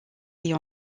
est